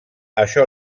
això